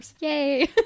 Yay